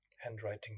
handwriting